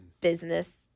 business